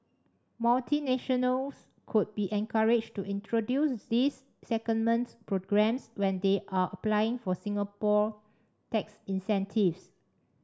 multinationals could be encouraged to introduce these secondment programmes when they are applying for Singapore tax incentives